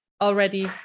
already